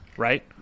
right